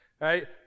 right